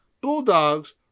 Bulldogs